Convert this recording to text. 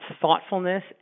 thoughtfulness